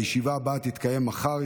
הישיבה הבאה תתקיים מחר,